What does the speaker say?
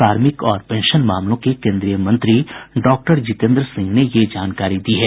कार्मिक और पेंशन मामलों के केंद्रीय मंत्री डॉक्टर जितेन्द्र सिंह ने यह जानकारी दी है